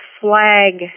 flag